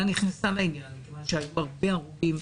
נכנסה לעניין מכיוון שהיו הרבה הרוגים,